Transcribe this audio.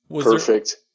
Perfect